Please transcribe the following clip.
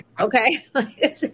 okay